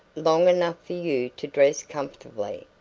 long enough for you to dress comfortably.